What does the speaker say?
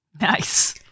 nice